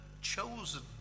chosen